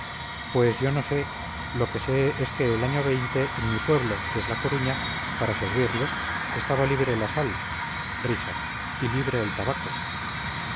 pues yo no sé lo que sé es que el año en mi pueblo que es la coruña para servirles estaba libre la sal risas y libre el tabaco